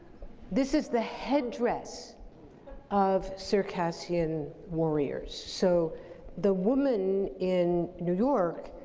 this is the headdress of circassian warriors, so the woman in new york,